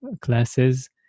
classes